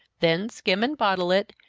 then skim and bottle it,